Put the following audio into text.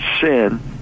sin